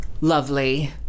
lovely